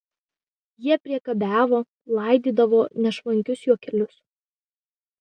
jie priekabiavo laidydavo nešvankius juokelius